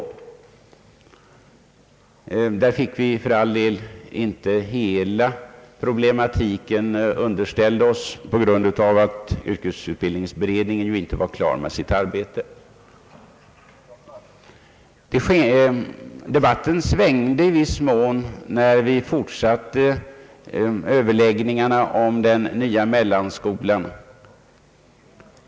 Tyvärr fick vi inte hela problematiken underställd oss på grund av att yrkesutbildningsberedningen inte var klar med sitt arbete. Situationen ändrades i viss mån när vi fortsatte överläggningarna om den nya mellanskolan.